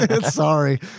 Sorry